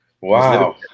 Wow